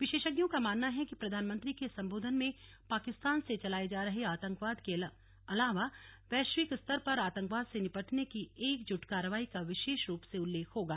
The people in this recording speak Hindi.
विशेषज्ञों का मानना है कि प्रधानमंत्री के संबोधन में पाकिस्तान से चलाए जा रहे आतंकवाद के अलावा वैश्विक स्तर पर आतंकवाद से निपटने की एकजुट कार्रवाई का विशेष रूप से उल्लेख होगा